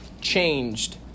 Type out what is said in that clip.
changed